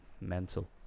mental